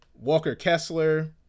Walker-Kessler